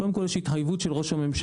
קודם כל יש התחייבות של ראש הממשלה,